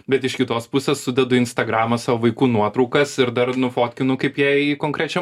bet iš kitos pusės sudedu į instagramą savo vaikų nuotraukas ir dar nufotkinu kaip jie į konkrečią